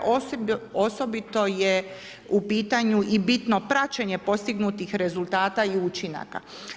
Osobito je u pitanju i bitno praćenje postignutih rezultata i učinaka.